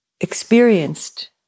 experienced